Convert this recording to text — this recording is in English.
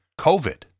COVID